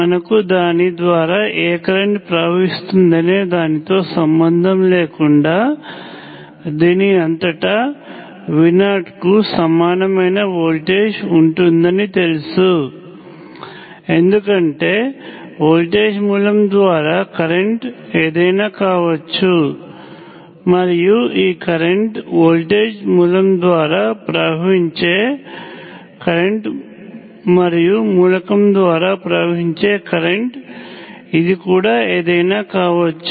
మనకు దాని ద్వారా ఏ కరెంట్ ప్రవహిస్తుందనే దానితో సంబంధం లేకుండా దీని అంతటా V0 కు సమానమైన వోల్టేజ్ ఉంటుందని తెలుసు ఎందుకంటే వోల్టేజ్ మూలం ద్వారా కరెంట్ ఏదైనా కావచ్చు మరియు ఈ కరెంట్ వోల్టేజ్ మూలం ద్వారా ప్రవహించే కరెంట్ మరియు మూలకము ద్వారా ప్రవహించే కరెంట్ ఇది కూడా ఏదైనా కావచ్చు